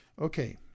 okay